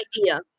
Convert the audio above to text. idea